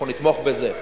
אנחנו נתמוך בזה.